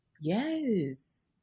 yes